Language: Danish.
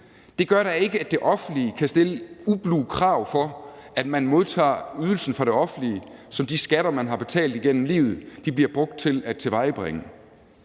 selv, gør da ikke, at det offentlige kan stille ublu krav for at modtage en ydelse fra det offentlige, som de skatter, som man har betalt igennem livet, bliver brugt til at tilvejebringe.